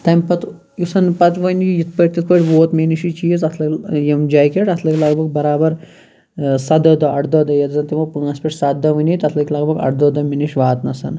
تمہِ پَتہٕ یُسَن پَتہٕ وونۍ یِتھ پٲٹھۍ تِتھ پٲٹھۍ ووت مےٚ نِش یہِ چیٖز اتھ لٲگۍ یِم جاکیٚٹ اتھ لٲگۍ لَگ بَگ بَرابَر سَداہ دۄہ اَرداہ دۄہ یتھ زَن تِمو پانٛژھ پٮ۪ٹھ سَتھ دۄہ وَنے تَتھ لٔگۍ لَگ بگ اَرداہ دۄہ مےٚ نِش واتنَس